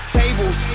tables